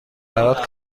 برات